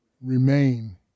remain